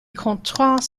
contrats